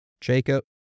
Jacob